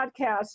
podcast